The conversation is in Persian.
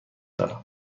دارم